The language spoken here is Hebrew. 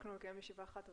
ישיבה אחת,